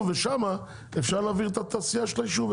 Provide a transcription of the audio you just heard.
ושם אפשר להעביר את התעשייה של היישוב,